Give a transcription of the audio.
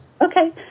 Okay